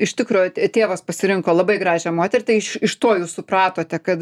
iš tikro tėvas pasirinko labai gražią moterį tai iš iš to jūs supratote kad